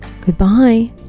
Goodbye